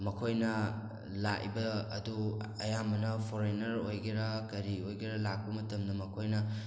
ꯃꯈꯣꯏꯅ ꯂꯥꯛꯂꯤꯕ ꯑꯗꯨ ꯑꯌꯥꯝꯕꯅ ꯐꯣꯔꯦꯟꯅꯔ ꯑꯣꯏꯒꯦꯔ ꯀꯔꯤ ꯑꯣꯏꯒꯦꯔ ꯂꯥꯛꯄ ꯃꯇꯝꯗ ꯃꯈꯣꯏꯅ